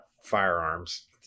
firearms